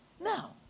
Now